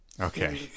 Okay